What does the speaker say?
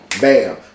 Bam